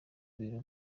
biro